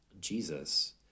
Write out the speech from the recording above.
Jesus